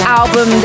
album